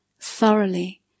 thoroughly